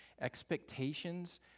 expectations